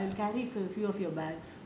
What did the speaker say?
I will carry a few of your bags